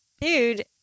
dude